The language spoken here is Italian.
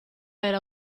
era